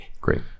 Great